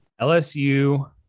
lsu